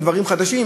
דברים חדשים?